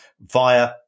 via